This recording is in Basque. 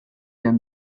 jan